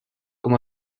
com